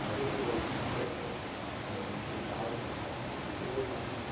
so this is a project with as i mention thousands and thousands of people work on it.